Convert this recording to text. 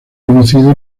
conocido